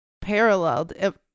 paralleled